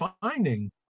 finding